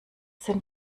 sind